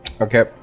Okay